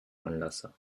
anlasser